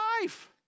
life